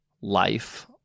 life